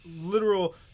literal